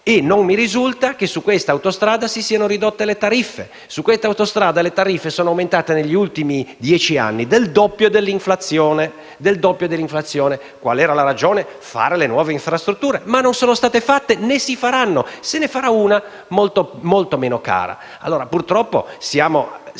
E non mi risulta che su questa autostrada si siano ridotte le tariffe. Su questa autostrada le tariffe sono aumentate, negli ultimi dieci anni, del doppio dell'inflazione. Qual era la ragione di tale aumento? Fare le nuove infrastrutture. Ma non sono state fatte, né si faranno. Se ne farà una molto meno cara. Purtroppo siamo